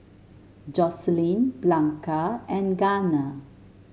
Joycelyn Blanca and Garner